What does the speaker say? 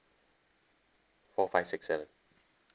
four five six seven